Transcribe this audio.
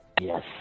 Yes